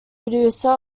producer